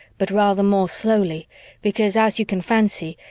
but rather more slowly because, as you can fancy,